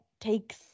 takes